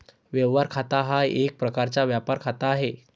व्यवहार खाते हा एक प्रकारचा व्यापार खाते आहे